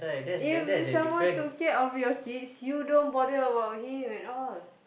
if someone took care of your kids you don't bother about him at all